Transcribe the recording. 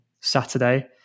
Saturday